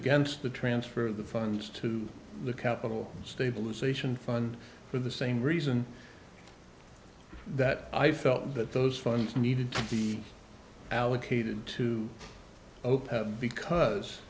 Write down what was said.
against the transfer of the funds to the capital stabilization fund for the same reason that i felt that those funds needed to be allocated to open because